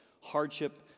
hardship